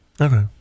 Okay